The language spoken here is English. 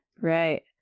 Right